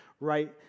right